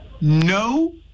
No